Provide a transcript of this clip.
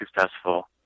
successful